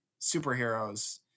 superheroes